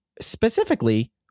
specifically